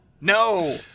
No